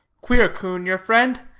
queer coon, your friend.